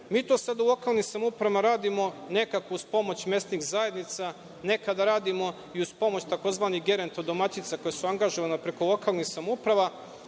to sada u lokalnim samoupravama radimo uz pomoć mesnih zajednica, nekada radimo i uz pomoć tzv. gerentodomaćica koje su angažovane preko lokalnih samouprava,